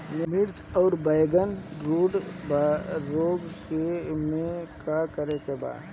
मिर्च आउर बैगन रुटबोरर रोग में का करे के बा?